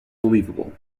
believable